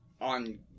on